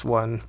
one